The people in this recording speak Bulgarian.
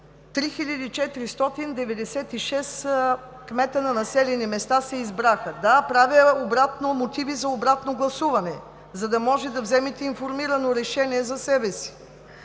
3406 кмета на населени места. (Реплики отдясно.) Да, правя мотиви за обратно гласуване, за да може да вземете информирано решение за себе си.